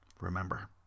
remember